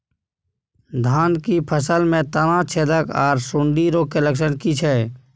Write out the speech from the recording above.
धान की फसल में तना छेदक आर सुंडी रोग के लक्षण की छै?